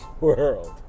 world